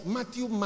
Matthew